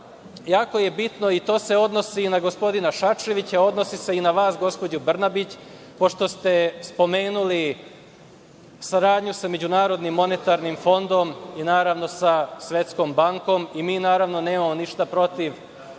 jako je bitno, i to se odnosi i na gospodina Šarčevića, odnosi se i na vas gospođo Brnabić, pošto ste spomenuli saradnju sa Međunarodnim monetarnim fondom i naravno sa Svetskom bankom i mi naravno nemamo ništa protiv